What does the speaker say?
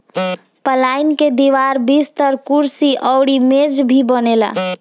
पलाई के दीवार, बिस्तर, कुर्सी अउरी मेज भी बनेला